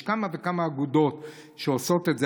יש כמה וכמה אגודות שעושות את זה.